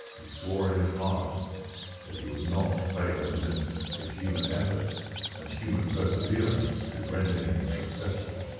he swore in his heart that he would not fail in this if human effort and human perseverance could render him successful.